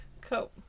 Cool